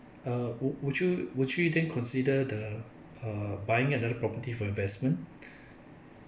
err would would you would you then consider the err buying another property for investment